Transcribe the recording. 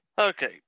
Okay